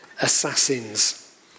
assassins